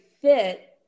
fit